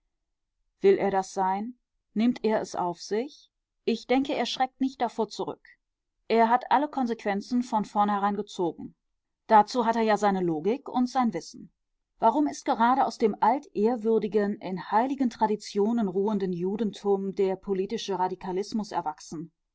will er das sein nimmt er es auf sich ich denke er schreckt nicht davor zurück er hat alle konsequenzen von vornherein gezogen dazu hat er ja seine logik und sein wissen warum ist gerade aus dem altehrwürdigen in heiligen traditionen ruhenden judentum der politische radikalismus erwachsen